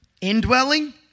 Indwelling